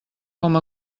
com